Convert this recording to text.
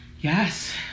Yes